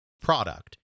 product